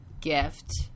gift